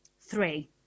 three